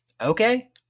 okay